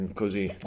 così